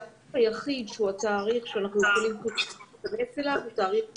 התאריך היחיד שהוא התאריך שאנחנו יכולים להתייחס אליו הוא תאריך האבחנה.